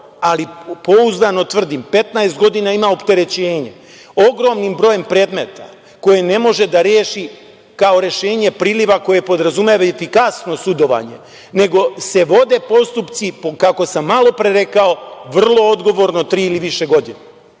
ali pouzdano tvrdim, 15 godina ima opterećenje ogromnim brojem predmeta koje ne može da reši kao rešenje priliva koje podrazumeva efikasno sudovanje, nego se vode postupci, kako sam malopre rekao, vrlo odgovorno tri ili više godina.